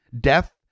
Death